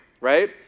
right